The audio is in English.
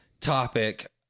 topic